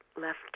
left